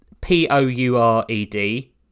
p-o-u-r-e-d